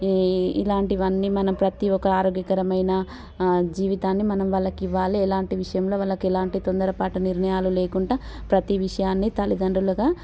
ఇలాంటివన్నీ మనం ప్రతీ ఒక ఆరోగ్యకరమైన జీవితాన్ని మనం వాళ్ళకి ఇవ్వాలి ఎలాంటి విషయంలో వాళ్ళకి ఎలాంటి తొందరపాటు నిర్ణయాలు లేకుండా ప్రతీ విషయాన్ని తల్లిదండ్రులుగా